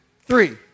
three